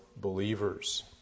believers